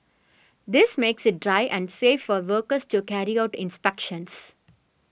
this makes it dry and safe for workers to carry out inspections